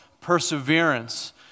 perseverance